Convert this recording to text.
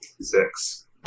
Six